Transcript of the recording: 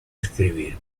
escribir